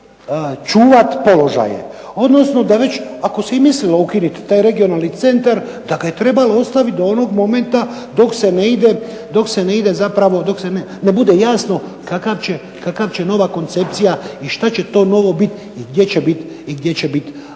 čuvat položaje, odnosno da već ako se i mislilo ukinuti taj regionalni centar da ga je trebalo ostavit do onog momenta dok ne bude jasno kakva će nova koncepcija i šta će to novo biti i gdje će bit